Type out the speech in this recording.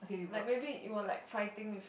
like maybe you were like fighting with